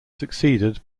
succeeded